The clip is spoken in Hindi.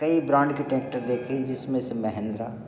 कई ब्रांड के टैक्टर देखे जिसमें से महेन्द्रा